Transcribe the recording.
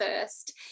first